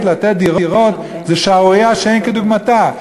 לתת דירות היא שערורייה שאין כדוגמתה.